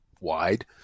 wide